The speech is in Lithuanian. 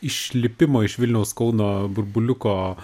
išlipimo iš vilniaus kauno burbuliuko